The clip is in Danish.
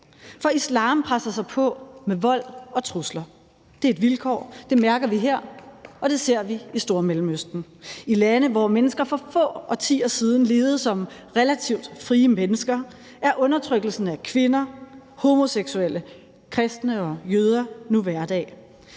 for islam presser sig på med vold og trusler. Det er et vilkår, det mærker vi her, og det ser vi i Stormellemøsten. I lande, hvor mennesker for få årtier siden levede som relativt frie mennesker, er undertrykkelsen af kvinder, homoseksuelle, kristne og jøder nu hverdag.